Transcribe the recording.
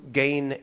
gain